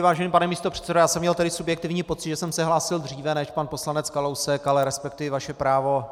Vážený pane místopředsedo, já jsem měl subjektivní pocit, že jsem se hlásil dříve než pan poslanec Kalousek, ale respektuji vaše právo.